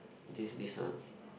this this one